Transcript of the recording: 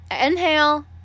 inhale